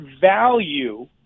value